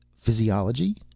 Physiology